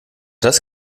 das